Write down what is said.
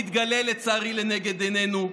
יתגלה לצערי לנגד עינינו,